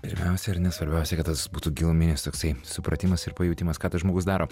pirmiausia ir svarbiausia kad tas būtų giluminis toksai supratimas ir pajautimas ką tas žmogus daro